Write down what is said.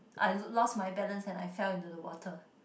I lo~ lost my balance and I fell into the water